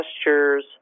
gestures